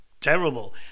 terrible